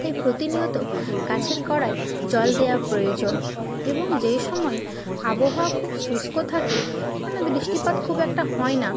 তাই প্রতিনিয়ত গাছের গোড়ায় জল দেওয়া প্রয়োজন এবং যে সময় আবহাওয়া খুব শুষ্ক থাকে মানে বৃষ্টিপাত খুব একটা হয় না